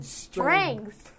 strength